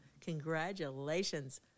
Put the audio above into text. Congratulations